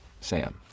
Sam